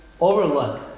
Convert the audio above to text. overlook